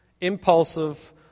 impulsive